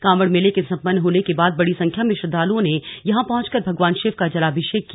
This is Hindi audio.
कांवड मेले के संपन्न होने के बाद बड़ी संख्या में श्रद्दालुओं ने यहां पहुंचकर भगवान शिव का जलाभिषेक किया